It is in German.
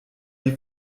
die